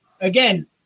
again